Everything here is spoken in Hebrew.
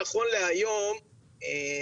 הנושא בבדיקה אצלך.